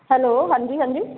hello ਹਾਂਜੀ ਹਾਂਜੀ